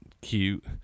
cute